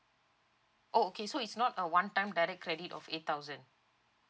oh okay so it's not a one time direct credit of eight thousand